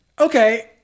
okay